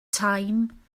time